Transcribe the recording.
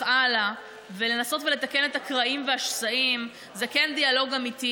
הלאה ולנסות ולתקן את הקרעים והשסעים זה כן דיאלוג אמיתי,